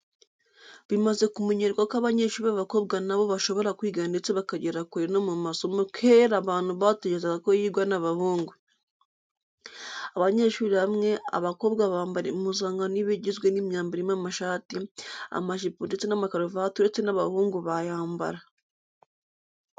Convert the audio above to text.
Bimaze kumenyerwa ko abanyeshuri b'abakobwa na bo bashobora kwiga ndetse bakagera kure no mu masomo, kera abantu batekerezaga ko yigwa n'abahungu. Abanyeshuri bamwe abakobwa bambara impuzankano iba igizwe n'imyambaro irimo amashati, amajipo ndetse n'amakaruvati uretse n'abahungu bayambara.